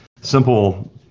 simple